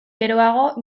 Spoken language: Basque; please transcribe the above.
geroago